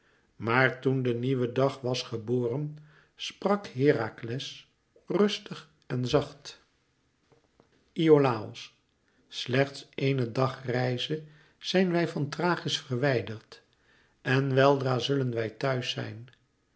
maar toen de nieuwe dag was geboren sprak herakles rustig en zacht iolàos slechts eéne dagreize zijn wij van thrachis verwijderd en weldra zullen wij thuis zijn